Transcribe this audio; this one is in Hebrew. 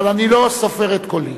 אבל אני לא סופר את קולי.